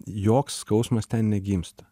joks skausmas ten negimsta